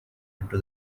into